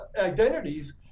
identities